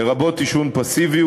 לרבות עישון פסיבי,